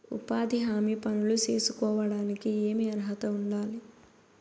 ఉపాధి హామీ పనులు సేసుకోవడానికి ఏమి అర్హత ఉండాలి?